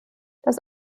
das